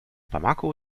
bamako